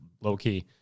low-key